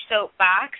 soapbox